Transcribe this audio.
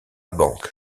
banque